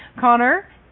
Connor